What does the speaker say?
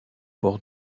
port